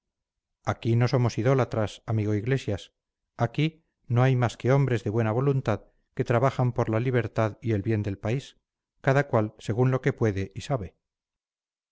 aquí no somos idólatras amigo iglesias aquí no hay más que hombres de buena voluntad que trabajan por la libertad y el bien del país cada cual según lo que puede y sabe